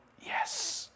yes